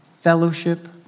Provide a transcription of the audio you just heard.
fellowship